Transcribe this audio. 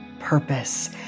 purpose